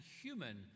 human